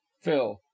phil